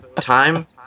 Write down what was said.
time